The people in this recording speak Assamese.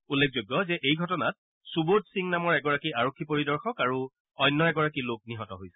উল্লেখযোগ্য যে এই ঘটনাত সুবোধ সিং নামৰ এগৰাকী আৰক্ষী পৰিদৰ্শক আৰু অন্য এগৰাকী লোক নিহত হৈছিল